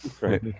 right